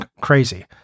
crazy